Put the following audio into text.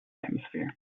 atmosphere